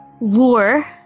lure